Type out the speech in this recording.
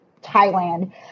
Thailand